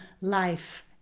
life